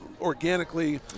organically